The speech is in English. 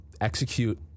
execute